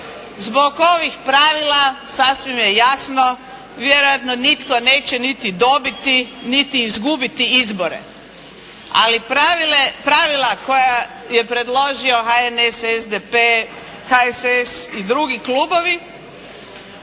Zbog ovih pravila sasvim je jasno, vjerojatno nitko neće niti dobiti, niti izgubiti izbore, ali pravila koja je predložio HNS, SDP, HSS i drugi klubovi